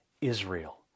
Israel